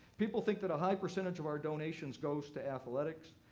people think that a high percentage of our donations goes to athletics,